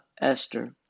Esther